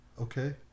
Okay